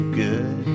good